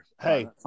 Hey